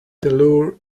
lure